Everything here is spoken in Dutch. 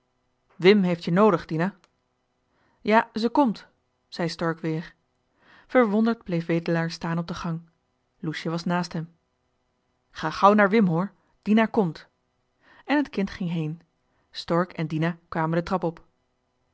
wim heeft je noodig dina ja ze komt zei stork weer verwonderd bleef wedelaar staan op de gang loesje was naast hem ga gauw naar wim hoor dina komt en het kind ging heen stork en dina kwamen de trap op